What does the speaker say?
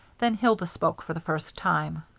then hilda spoke for the first time.